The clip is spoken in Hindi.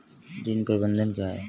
ऋण प्रबंधन क्या है?